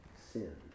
sin